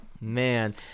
man